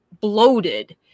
bloated